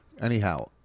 Anyhow